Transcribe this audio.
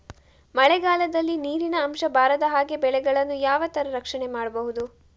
ಮಳೆಗಾಲದಲ್ಲಿ ನೀರಿನ ಅಂಶ ಬಾರದ ಹಾಗೆ ಬೆಳೆಗಳನ್ನು ಯಾವ ತರ ರಕ್ಷಣೆ ಮಾಡ್ಬಹುದು?